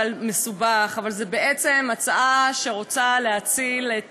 מסובך, אבל זו בעצם הצעה שרוצה להציל את